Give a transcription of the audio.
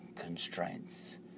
Constraints